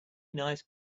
nice